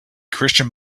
christian